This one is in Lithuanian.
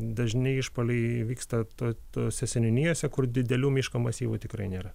dažni išpuoliai vyksta to to tose seniūnijose kur didelių miško masyvų tikrai nėra